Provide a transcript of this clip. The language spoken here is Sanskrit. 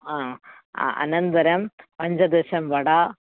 आ अनन्तरं पञ्चदश वडा